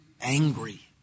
angry